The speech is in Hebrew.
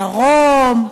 דרום,